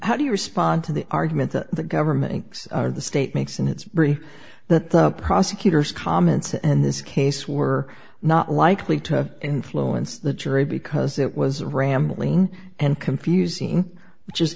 you respond to the argument that the government of the state makes and it's really the prosecutor's comments and this case were not likely to influence the jury because it was rambling and confusing which is